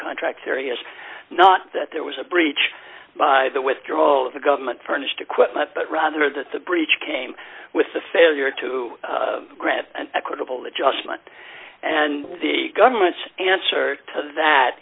contract areas not that there was a breach by the withdrawal of the government furnished equipment but rather that the breach came with the failure to grant an equitable adjustment and the government's answer to that